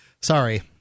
sorry